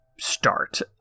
start